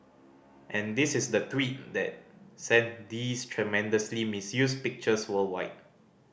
and this is the tweet that sent these tremendously misused pictures worldwide